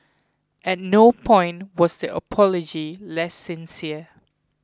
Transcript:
at no point was the apology less sincere